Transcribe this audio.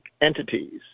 entities